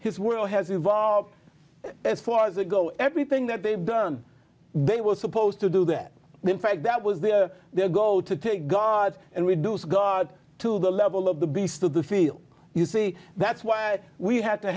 his world has evolved as far as a go everything that they have done they were supposed to do that in fact that was the their goal to take god and reduce god to the level of the beast of the field you see that's why we had to